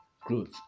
growth